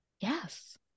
Yes